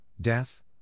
death